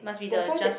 that's why that